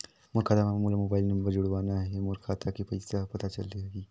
मोर खाता मां मोला मोबाइल नंबर जोड़वाना हे मोर खाता के पइसा ह पता चलाही?